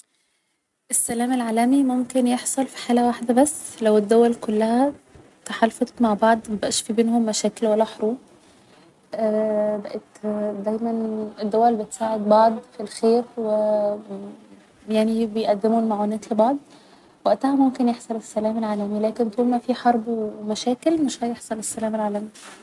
السلام العالمي ممكن يحصل في حالة واحدة بس لو الدول كلها تحالفت مع بعض مبقاش بينهم مشاكل ولا حروب بقت دايما الدول بتساعد بعض في الخير و يعني بيقدموا المعونات لبعض وقتها ممكن يحصل السلام العالمي لكن طول ما في حرب و مشاكل مش هيحصل السلام العالمي